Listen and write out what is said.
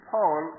Paul